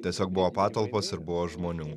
tiesiog buvo patalpos ir buvo žmonių